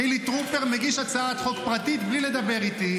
חילי טרופר מגיש הצעת חוק פרטית בלי לדבר איתי.